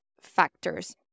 factors